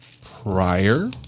prior